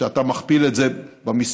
כשאתה מכפיל את זה במספרים,